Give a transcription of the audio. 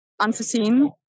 unforeseen